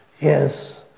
yes